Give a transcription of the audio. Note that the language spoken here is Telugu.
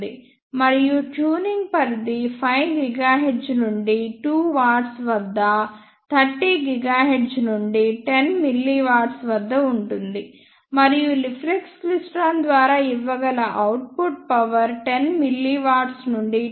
మరియు ట్యూనింగ్ పరిధి 5 GHz నుండి 2 W వద్ద 30 GHz నుండి 10 mW వద్ద ఉంటుంది మరియు రిఫ్లెక్స్ క్లైస్ట్రాన్ ద్వారా ఇవ్వగల అవుట్ పుట్ పవర్ 10 mW నుండి 2